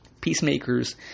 Peacemakers